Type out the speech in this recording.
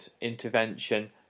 intervention